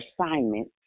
assignment